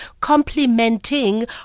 complementing